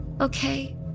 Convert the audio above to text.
Okay